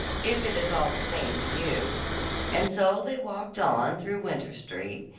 if it is all the same to you and so they walked on through winter street,